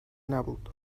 نبود